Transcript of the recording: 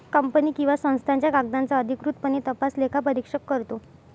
company किंवा संस्थांच्या कागदांचा अधिकृतपणे तपास लेखापरीक्षक करतो